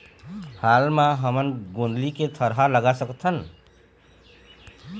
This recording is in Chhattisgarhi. हाल मा हमन गोंदली के थरहा लगा सकतहन?